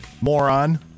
moron